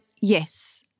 yes